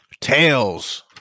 Tails